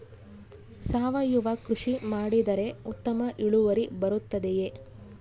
ಸಾವಯುವ ಕೃಷಿ ಮಾಡಿದರೆ ಉತ್ತಮ ಇಳುವರಿ ಬರುತ್ತದೆಯೇ?